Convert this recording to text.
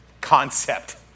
concept